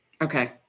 Okay